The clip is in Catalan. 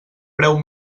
preu